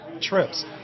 trips